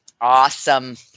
Awesome